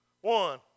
One